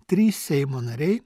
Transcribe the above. trys seimo nariai